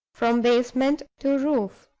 from basement to roof.